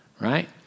right